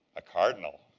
a cardinal,